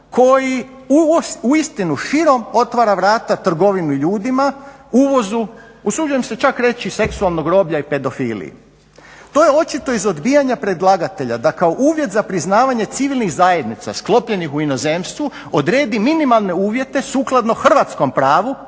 koji uistinu širom otvara vrata trgovini ljudima, uvozu usuđujem se čak reći i seksualnog roblja i pedofiliji. To je očito iz odbijanja predlagatelja da kao uvjet za priznavanje civilnih zajednica sklopljenih u inozemstvu odredi minimalne uvjete sukladno hrvatskom pravu